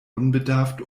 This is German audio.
unbedarft